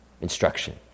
instruction